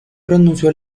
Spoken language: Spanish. renunció